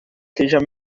seja